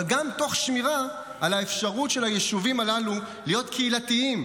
אבל גם תוך שמירה על האפשרות של היישובים הללו להיות קהילתיים,